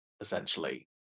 essentially